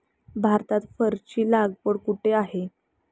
भारतात फरची लागवड कुठे आहे?